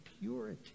purity